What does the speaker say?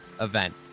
event